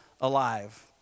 alive